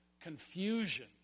confusion